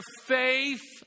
faith